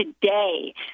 today